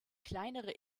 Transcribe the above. kleinere